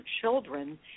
children